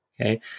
Okay